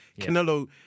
Canelo